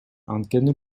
анткени